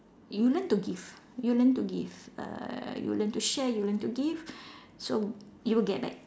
you learn to give you learn to give err you learn to share you learn to give so you will get back